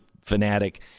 fanatic